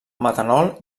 metanol